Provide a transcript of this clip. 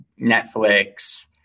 Netflix